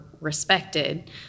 respected